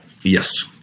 Yes